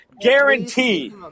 Guaranteed